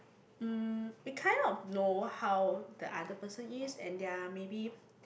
um we kind of know how the other person is and their maybe